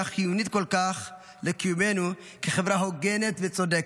חיונית כל כך לקיומנו כחברה הוגנת וצודקת.